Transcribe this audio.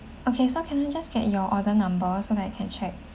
okay so can I just get your order number so that I can check